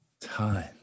Time